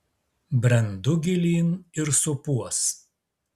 brendu gilyn ir supuos